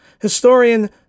historian